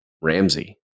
Ramsey